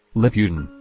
liputin,